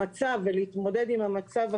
המשרד להגנת הסביבה.